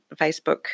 Facebook